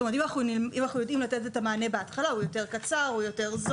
כלומר אם אנחנו יודעים לתת מענה בהתחלה הוא קצר יותר,